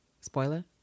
spoiler